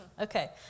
Okay